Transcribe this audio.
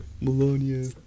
Melania